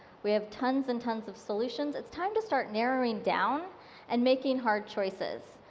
we have tons and tons of solutions, it's time to start narrowing down and making hard choices.